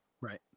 Right